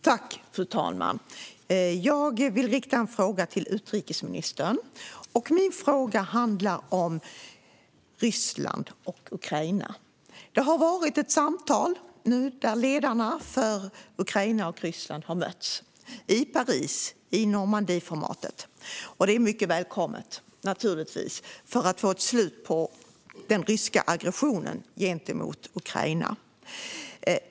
Fru talman! Jag vill rikta en fråga till utrikesministern. Den handlar om Ryssland och Ukraina. Ledarna för Ukraina och Ryssland har mötts för att ha ett samtal. Det skedde i Paris och i Normandieformatet. Detta är naturligtvis mycket välkommet så att det kan bli ett slut på den ryska aggressionen gentemot Ukraina.